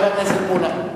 אולי שר הביטחון מפחד,